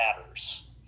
matters